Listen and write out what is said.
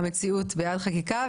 המציאות בעד חקיקה.